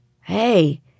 Hey